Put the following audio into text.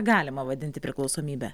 galima vadinti priklausomybe